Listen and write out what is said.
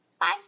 Bye